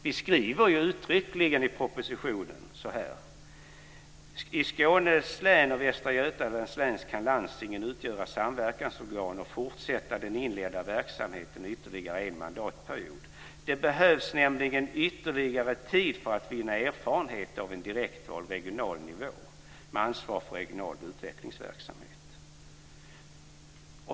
Vi skriver ju uttryckligen så här i propositionen: "I Skåne län respektive Västra Götalands län kan landstinget utgöra samverkansorgan". Vi skriver att den inledda verksamheten bör "fortsätta ytterligare en mandatperiod". Det behövs nämligen ytterligare tid för att vinna erfarenhet av en direktvald regional nivå med ansvar för regional utvecklingsverksamhet.